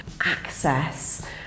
access